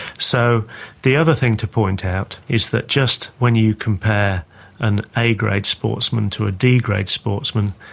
so the other thing to point out is that just when you compare an a grade sportsman to a d grade sportsman,